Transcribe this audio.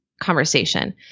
conversation